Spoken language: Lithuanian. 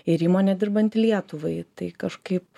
ir įmonė dirbanti lietuvai tai kažkaip